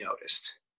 noticed